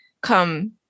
come